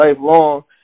lifelong